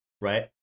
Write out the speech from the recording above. right